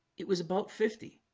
it was about fifty